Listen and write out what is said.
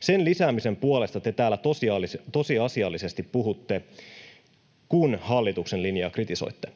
Sen lisäämisen puolesta te täällä tosiasiallisesti puhutte, kun hallituksen linjaa kritisoitte.